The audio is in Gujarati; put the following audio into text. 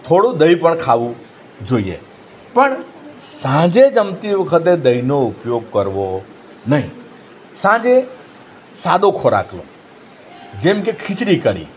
થોડું દહીં પણ ખાવું જોઈએ પણ સાંજે જમતી વખતે દહીંનો ઉપયોગ કરવો નહીં સાંજે સાદો ખોરાક લો જેમકે ખીચડી કડી